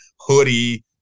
hoodie